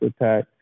attack